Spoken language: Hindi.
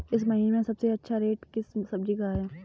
इस महीने सबसे अच्छा रेट किस सब्जी का है?